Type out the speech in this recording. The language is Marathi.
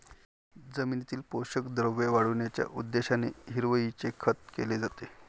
जमिनीतील पोषक द्रव्ये वाढविण्याच्या उद्देशाने हिरवळीचे खत केले जाते